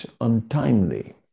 untimely